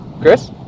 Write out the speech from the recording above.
Chris